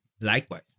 likewise